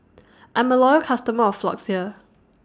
I'm A Loyal customer of Floxia